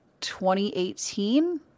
2018